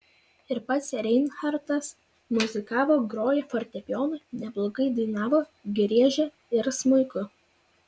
ir pats reinhartas muzikavo grojo fortepijonu neblogai dainavo griežė ir smuiku